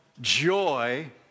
joy